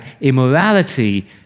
immorality